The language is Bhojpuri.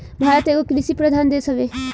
भारत एगो कृषि प्रधान देश हवे